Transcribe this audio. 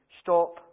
stop